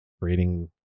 creating